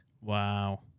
Wow